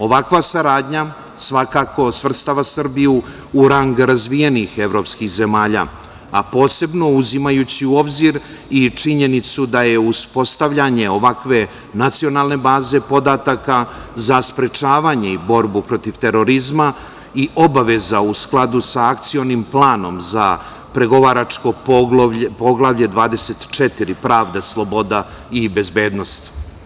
Ovakva saradnja svakako svrstava Srbiju u rang razvijenih evropskih zemalja, a posebno uzimajući u obzir i činjenicu da je uspostavljanje ovakve nacionalne baze podataka za sprečavanje i borbu protiv terorizma i obaveza u skladu sa Akcionim planom za pregovaračko Poglavlje 24 – pravda, sloboda i bezbednost.